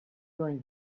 during